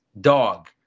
dog